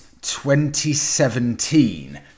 2017